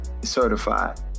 Certified